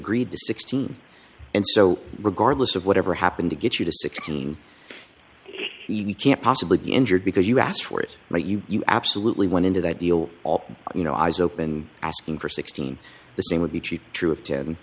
agreed to sixteen and so regardless of whatever happened to get you to sixteen you can't possibly be injured because you asked for it but you you absolutely went into that deal all you know eyes open asking for sixteen the same would be cheap true of ten